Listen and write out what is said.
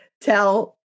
tell